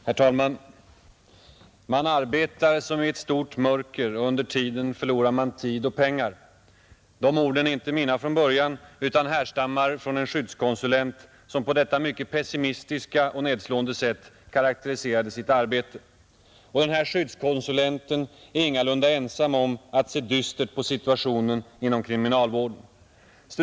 Herr talman! ”Man arbetar som i ett stort mörker och under tiden förlorar man tid och pengar.” Dessa ord är inte mina från början utan härstammar från en skyddskonsulent som på detta mycket pessimistiska och nedslående sätt karakteriserade sitt arbete. Och den här skyddskonsulenten är ingalunda ensam om att se dystert på situationen inom kriminalvården.